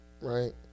Right